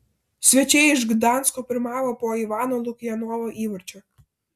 svečiai iš gdansko pirmavo po ivano lukjanovo įvarčio